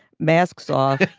masks on.